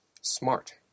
SMART